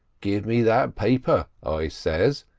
give me that paper i says,